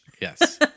Yes